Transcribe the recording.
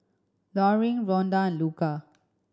Loring Rhonda and Luca